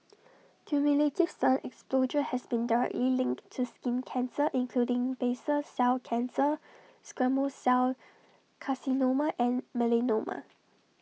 cumulative sun exposure has been directly linked to skin cancer including basal cell cancer squamous cell carcinoma and melanoma